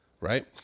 right